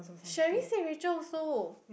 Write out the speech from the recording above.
Sherry say Rachel also